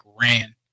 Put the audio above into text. ran